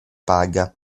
paga